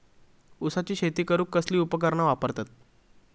ऊसाची शेती करूक कसली उपकरणा वापरतत?